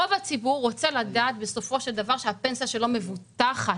רוב הציבור רוצה לדעת בסופו של דבר שהפנסיה שלו מבוטחת.